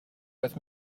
with